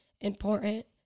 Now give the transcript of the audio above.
important